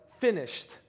finished